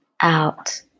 Out